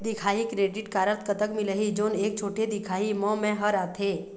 दिखाही credit card कतक मिलही जोन एक छोटे दिखाही म मैं हर आथे?